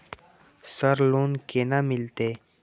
Sir loan केना मिलते?